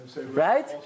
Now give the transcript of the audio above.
right